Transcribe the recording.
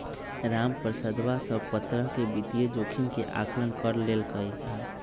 रामप्रसादवा सब प्तरह के वित्तीय जोखिम के आंकलन कर लेल कई है